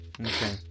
Okay